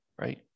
Right